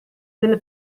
delle